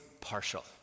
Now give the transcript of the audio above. partial